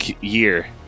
year